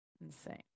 Insane